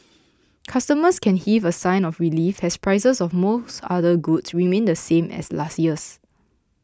customers can heave a sigh of relief as prices of most other goods remain the same as last year's